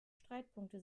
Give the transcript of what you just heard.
streitpunkte